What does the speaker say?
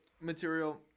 material